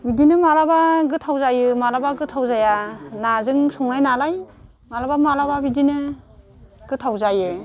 बिदिनो माब्लाबा गोथाव जायो माब्लाबा गोथाव जाया नाजों संनाय नालाय माब्लाबा माब्लाबा बिदिनो गोथाव जायो